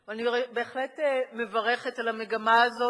אני בהחלט מברכת על המגמה הזאת,